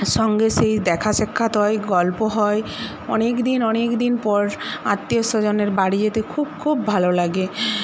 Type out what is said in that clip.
সঙ্গে সেই দেখা সাক্ষাৎ হয় গল্প হয় অনেক দিন অনেক দিন পর আত্মীয় স্বজনের বাড়ি খুব খুব ভালো লাগে